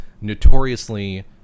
notoriously